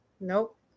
Nope